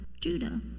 Judah